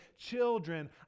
children